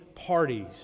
parties